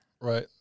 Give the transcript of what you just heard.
Right